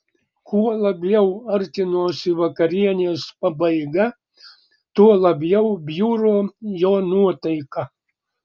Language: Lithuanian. kuo labiau artinosi vakarienės pabaiga tuo labiau bjuro jo nuotaika